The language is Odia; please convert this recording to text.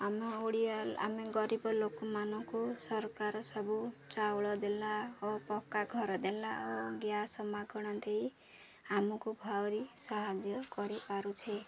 ଆମ ଓଡ଼ିଆ ଆମେ ଗରିବ ଲୋକମାନଙ୍କୁ ସରକାର ସବୁ ଚାଉଳ ଦେଲା ଓ ପକ୍କା ଘର ଦେଲା ଓ ଗ୍ୟାସ୍ ମାଗଣା ଦେଇ ଆମକୁ ଆହୁରି ସାହାଯ୍ୟ କରିପାରୁଛେ